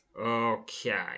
Okay